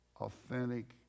authentic